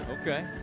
Okay